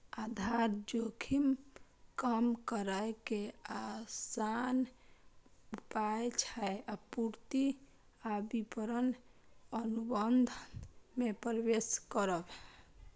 आधार जोखिम कम करै के आसान उपाय छै आपूर्ति आ विपणन अनुबंध मे प्रवेश करब